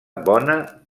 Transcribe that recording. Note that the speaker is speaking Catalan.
bona